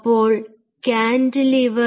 അപ്പോൾ കാന്റിലിവർ